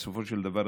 בסופו של דבר,